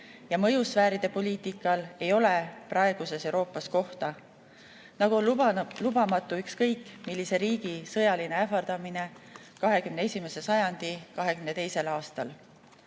ja mõjusfääride poliitikal ei ole praeguses Euroopas kohta. Nagu on lubamatu ükskõik millise riigi sõjaline ähvardamine 21. sajandi 22. aastal. Igal